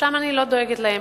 שם אני לא דואגת להם.